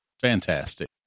fantastic